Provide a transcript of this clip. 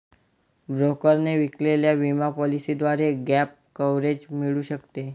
ब्रोकरने विकलेल्या विमा पॉलिसीद्वारे गॅप कव्हरेज मिळू शकते